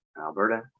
Alberta